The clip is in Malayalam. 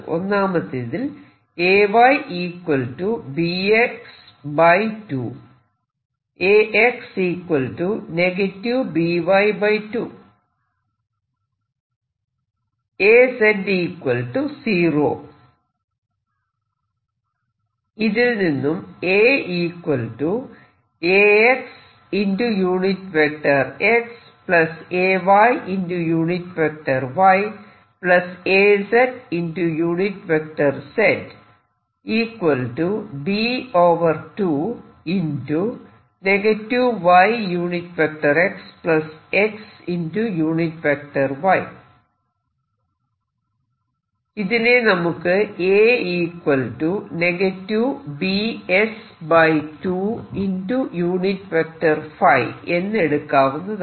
ഒന്നാമത്തേത് ഇതിൽ നിന്നും ഇതിനെ നമുക്ക് എന്ന് എടുക്കാവുന്നതാണ്